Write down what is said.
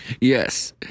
Yes